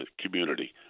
community